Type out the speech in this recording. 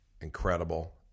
incredible